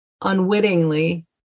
unwittingly